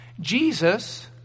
Jesus